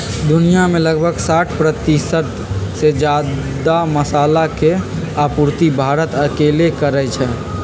दुनिया में लगभग साठ परतिशत से जादा मसाला के आपूर्ति भारत अकेले करई छई